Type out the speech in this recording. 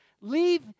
leave